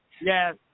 Yes